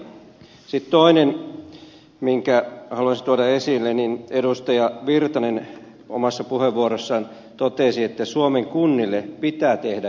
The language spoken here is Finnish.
sitten toinen minkä haluaisin tuoda esille niin edustaja virtanen omassa puheenvuorossaan totesi että suomen kunnille pitää tehdä jotakin